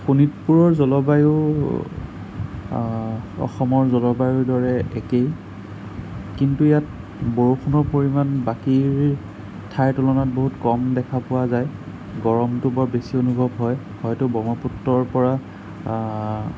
শোণিতপুৰৰ জলবায়ু অসমৰ জলবায়ুৰ দৰে একেই কিন্তু ইয়াত বৰষুণৰ পৰিমাণ বাকী ঠাইৰ তুলনাত বহুত কম দেখা পোৱা যায় গৰমটো বৰ বেছি অনুভৱ হয় হয়তো ব্ৰহ্মপুত্ৰৰ পৰা